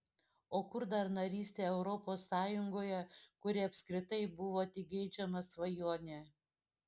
o kur dar narystė europos sąjungoje kuri apskritai buvo tik geidžiama svajonė